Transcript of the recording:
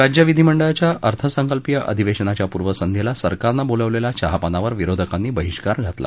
राज्य विधिमंडळाच्या अर्थसंकल्पीय अधिवेशनाच्या पूर्वसंध्येला सरकारनं बोलावलेल्या चहापानावर विरोधकांनी बहिष्कार टाकला